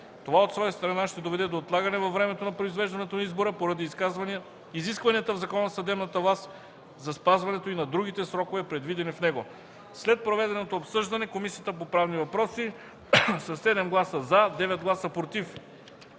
Това, от своя страна, ще доведе до отлагане във времето на произвеждането на избора поради изискванията в Закона за съдебната власт за спазването и на другите срокове, предвидени в него. След проведеното обсъждане със 7 гласа „за”, 9 гласа „против”